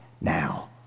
now